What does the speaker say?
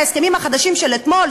מההסכמים החדשים של אתמול,